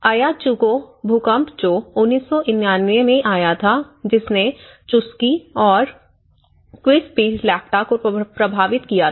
अयाचूको भूकंप जो 1999 में आया था जिसने चुस्की और क्विस्पिलैक्टा को प्रभावित किया था